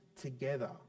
together